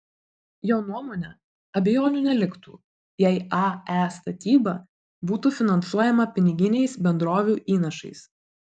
jo nuomone abejonių neliktų jei ae statyba būtų finansuojama piniginiais bendrovių įnašais